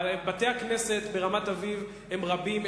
בתי-הכנסת ברמת-אביב הם רבים,